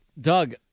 Doug